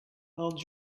i’ll